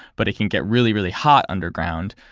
but it can get really, really hot underground,